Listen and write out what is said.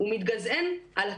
הוא מתגזען על עצמו.